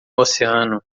oceano